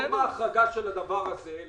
כמו החרגה של הדבר הזה.